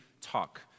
talk